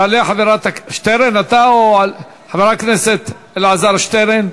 חבר הכנסת אלעזר שטרן,